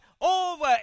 over